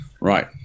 right